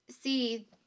see